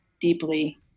deeply